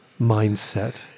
mindset